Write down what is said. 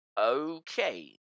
Okay